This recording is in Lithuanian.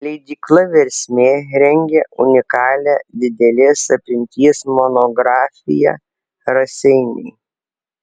leidykla versmė rengia unikalią didelės apimties monografiją raseiniai